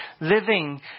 living